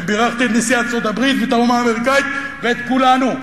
ובירכתי את נשיא ארצות-הברית ואת האומה האמריקנית ואת כולנו,